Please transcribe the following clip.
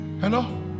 Hello